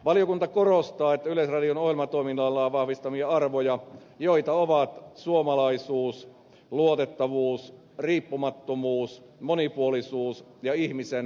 valiokunta korostaa yleisradion ohjelmatoiminnalleen vahvistamia arvoja joita ovat suomalaisuus luotettavuus riippumattomuus monipuolisuus ja ihmisen arvostaminen